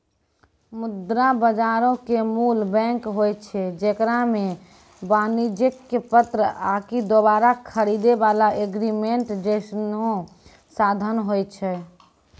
मुद्रा बजारो के मूल बैंक होय छै जेकरा मे वाणिज्यक पत्र आकि दोबारा खरीदै बाला एग्रीमेंट जैसनो साधन होय छै